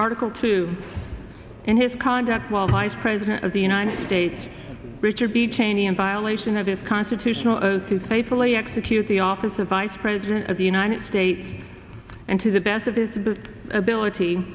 article two in his conduct while vice president of the united states richard b cheney in violation of his constitutional oath to faithfully execute the office of vice president of the united states and to the best of his ability